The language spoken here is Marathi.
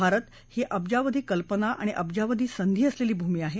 भारत ही अब्जावधी कल्पना आणि अब्जावधी संधी असेलेली भूमी आहे